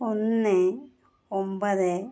ഒന്ന് ഒൻപത്